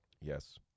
Yes